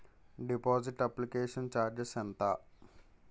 Deposit application charges ఎంత?